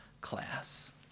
class